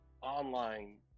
online